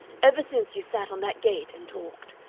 ever since you sat on that gate and talked.